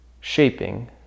shaping